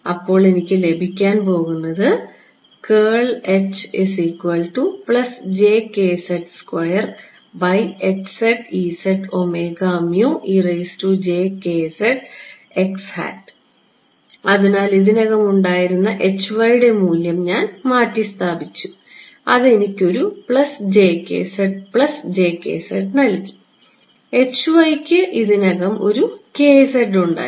അതിനാൽ എനിക്ക് ലഭിക്കാൻ പോകുന്നത് അതിനാൽ ഇതിനകം ഉണ്ടായിരുന്ന യുടെ മൂല്യം ഞാൻ മാറ്റിസ്ഥാപിച്ചു അത് എനിക്ക് ഒരു പ്ലസ് j k z നൽകി ക്ക് ഇതിനകം ഒരു ഉണ്ടായിരുന്നു